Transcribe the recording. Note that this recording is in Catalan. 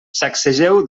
sacsegeu